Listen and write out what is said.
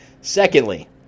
secondly